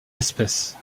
espèces